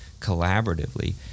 collaboratively